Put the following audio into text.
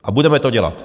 A budeme to dělat.